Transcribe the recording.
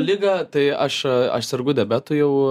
ligą tai aš aš sergu diabetu jau